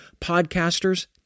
podcasters